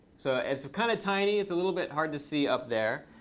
so it's kind of tiny. it's a little bit hard to see up there.